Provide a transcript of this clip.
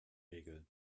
regel